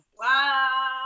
Wow